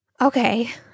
Okay